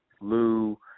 Lou